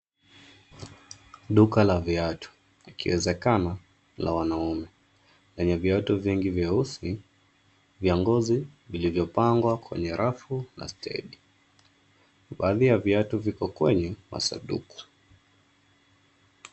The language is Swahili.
Duka la viatu ,ikiezekana la wanaume, lenye viatu vingi vieusi vya ngozi vilivyo pangwa kwenye rafu na stendi baadhi ya viatu viko kwenye masaduku.